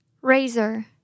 Razor